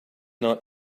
not